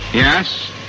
yes.